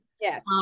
Yes